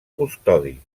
custodi